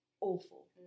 awful